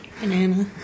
Banana